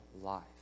life